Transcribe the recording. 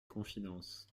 confidences